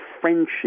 friendship